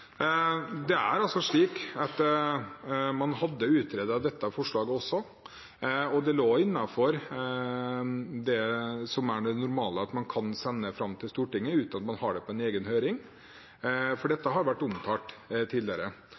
Det er altså slik at man hadde utredet dette forslaget også, og det lå innenfor det som det er normalt at man kan sende til Stortinget uten en egen høring. Dette har vært omtalt tidligere